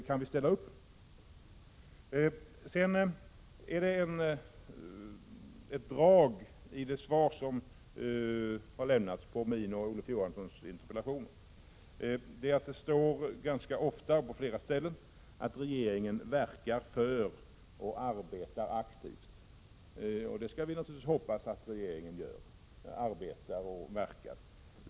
Kan vi ställa upp på dem? Det finns samstämmiga drag i det svar som har lämnats på min och på Olof Johanssons interpellation. Det står på flera ställen att regeringen ”verkar för” och ”arbetar aktivt”. Naturligtvis skall vi hoppas att regeringen arbetar och verkar.